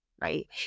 Right